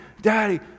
daddy